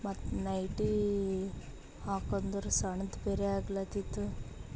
ಮತ್ತು ನೈಟೀ ಹಾಕ್ಕೊಂಡ್ರೆ ಸಣ್ಣದು ಬೇರೆ ಆಗ್ಲತಿತ್ತು